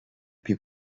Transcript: più